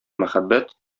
мәхәббәт